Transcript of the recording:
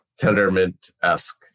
Tendermint-esque